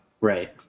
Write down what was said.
Right